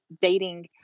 dating